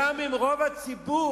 גם אם רוב הציבור